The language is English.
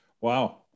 Wow